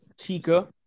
Chica